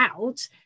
out